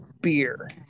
beer